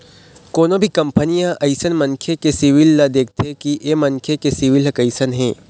कोनो भी कंपनी ह अइसन मनखे के सिविल ल देखथे कि ऐ मनखे के सिविल ह कइसन हे